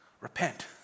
repent